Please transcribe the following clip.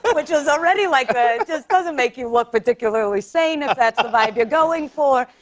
which is already like just doesn't make you look particularly sane, if that's the vibe you're going for.